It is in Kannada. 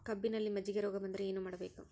ಕಬ್ಬಿನಲ್ಲಿ ಮಜ್ಜಿಗೆ ರೋಗ ಬಂದರೆ ಏನು ಮಾಡಬೇಕು?